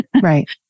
Right